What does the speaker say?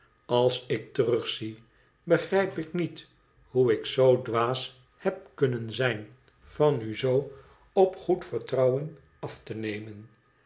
als ik terugzie begrijp ik niet hoe ik zoo dwaas heb kunnen zijn van u zoo op goed vertrouwen af te nemen